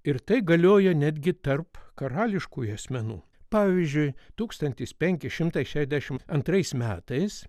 ir tai galiojo netgi tarp karališkųjų asmenų pavyzdžiui tūkstantis penki šimtai šešiasdešimt antrais metais